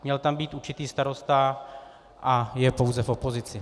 Měl tam být určitý starosta a je pouze v opozici.